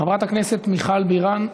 חברת הכנסת מיכל בירן,